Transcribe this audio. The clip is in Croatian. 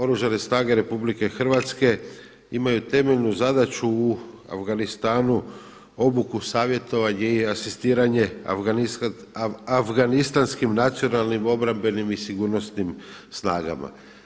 Oružane snage RH imaju temeljnu zadaću u Afganistanu obuku savjetovanje i asistiranje Afganistanskim nacionalnim, obrambenim i sigurnosnim snagama.